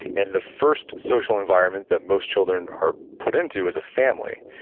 and the first social environment that most children are put into as a family,